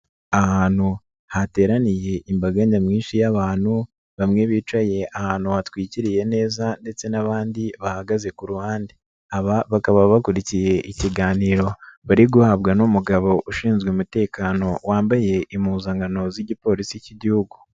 Ahantu hateraniye imbaga nyamwinshi y'abantu, bamwe bicaye ahantu hatwikiriye neza, ndetse n'abandi bahagaze ku ruhande. Aba bakaba bakurikiye ikiganiro bari guhabwa n'umugabo ushinzwe umutekano wambaye impuzankano z'igipolisi cy'igihugu.